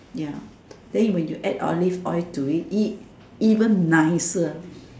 ya then when you add Olive oil to it it even nicer